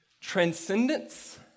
transcendence